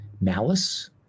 malice